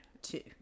Two